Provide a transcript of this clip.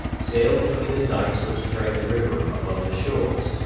sailed between the dykes which carry the river above the shores,